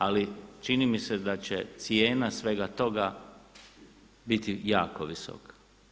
Ali čini mi se da će cijena svega toga biti jako visoka.